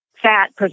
fat